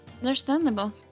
Understandable